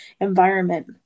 environment